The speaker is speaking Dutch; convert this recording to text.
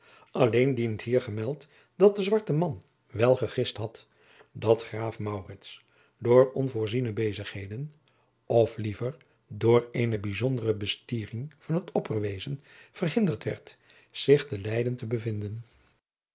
alleen dient hier gemeld dat de zwarte man wel gegist had dat graaf maurits door onvoorziene bezigheden of liever door eene bijzondere bestiering van het opperwezen verhinderd werd zich te leyden te bevinden